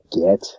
get